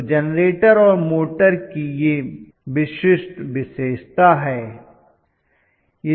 तो जेनरेटर और मोटर की यह विशिष्ट विशेषता है